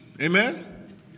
Amen